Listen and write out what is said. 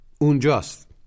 Unjust